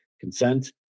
consent